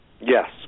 Yes